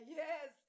yes